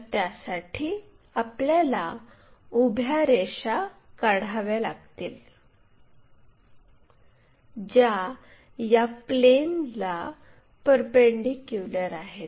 तर त्यासाठी आपल्याला उभ्या लाईन काढाव्या लागतील ज्या या प्लेनला परपेंडीक्युलर आहेत